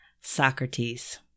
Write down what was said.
Socrates